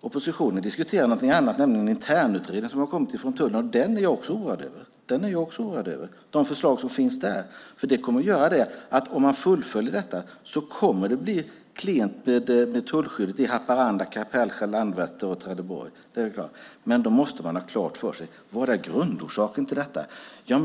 Oppositionen diskuterar någonting annat, nämligen en internutredning som har kommit från tullen. Den är jag också oroad över, och de förslag som finns där. Om man fullföljer detta så kommer det att bli klent med tullskyddet i Haparanda, Kapellskär, Landvetter och Trelleborg. Det är klart. Men då måste man ha klart för sig vad grundorsaken till detta är.